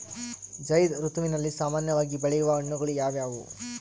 ಝೈಧ್ ಋತುವಿನಲ್ಲಿ ಸಾಮಾನ್ಯವಾಗಿ ಬೆಳೆಯುವ ಹಣ್ಣುಗಳು ಯಾವುವು?